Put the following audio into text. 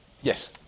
Yes